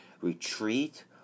retreat